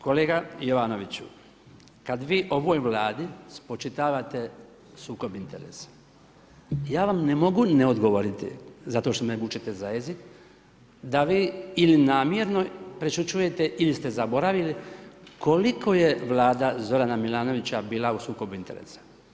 Kolega Jovanoviću, kad vi ovoj Vladi spočitavate sukob interesa, ja vam ne mogu ne odgovoriti zato što me vučete za jezik, da vi ili namjerno prešućujete ili ste zaboravili koliko je Vlada Zorana Milanovića bila u sukobu interesa?